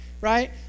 right